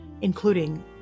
including